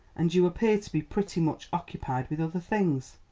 and you appear to be pretty much occupied with other things.